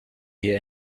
here